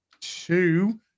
two